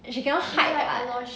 and she cannot hide [what]